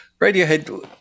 Radiohead